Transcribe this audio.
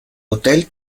hotel